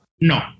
No